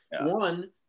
one